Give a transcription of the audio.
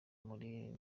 muri